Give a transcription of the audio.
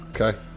Okay